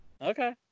Okay